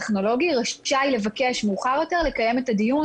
טכנולוגי רשאי לבקש מאוחר יותר לקיים את הדיון,